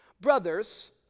Brothers